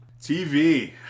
TV